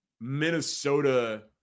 Minnesota